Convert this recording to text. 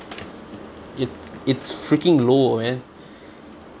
it it's freaking low man